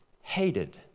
hated